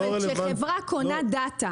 אבל כשחברה קונה דאטה